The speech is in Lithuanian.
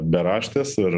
beraštės ir